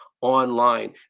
online